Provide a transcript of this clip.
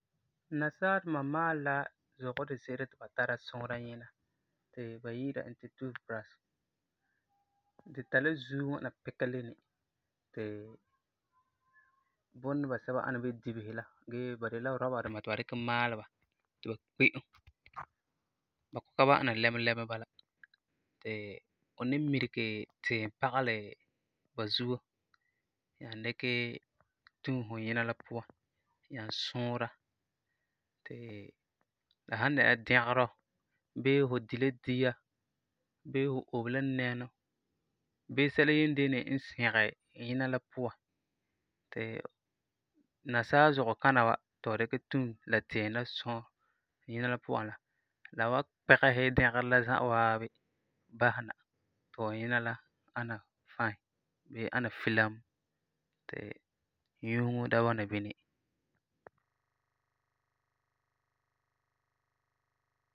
Nasaaduma maalɛ la zugɔ di se'ere ti ba tara suure nyina ti ba yi'ira e ti toothbrush. Di tari la zuo ŋwana pika leni, ti bunɔ basɛba ana bii deibesi la gee ba de la rubber ti ba dikɛ maalɛ ba ti ba kpe'em, ba ku ka ba'am ana lɛma lɛma bala ti fu ni mirege tiim pagelɛ ba zuo nyaa dikɛ tum fu nyina la puan nyaa suure ti la san dɛna la dɛgerɔ bii fu di la dia, bii fu obe la nɛŋɔ, bii sɛla yendeene n sɛgɛ nyina la puan ti nasaa zugɔ kana wa ti fu dikɛ tum la tiim la sɔ nyina la puan la, la wan kpigesɛ dɛgerɔ la za'a waabi basɛ na ti fu nyina la ana fine gee ana film ti nyuuŋo da bɔna bini.